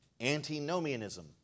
antinomianism